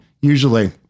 Usually